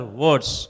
words